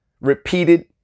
repeated